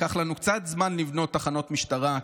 לקח לנו קצת זמן לבנות תחנות משטרה.